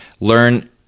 learn